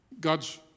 God's